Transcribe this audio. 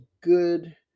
good